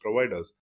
providers